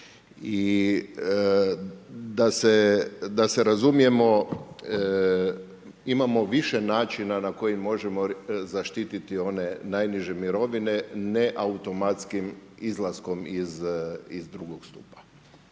I da se razumijemo imamo više načina na koji možemo zaštiti one najniže mirovine, ne automatskim izlaskom iz drugog stupa.